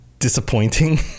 disappointing